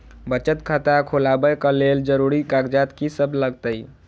बचत खाता खोलाबै कऽ लेल जरूरी कागजात की सब लगतइ?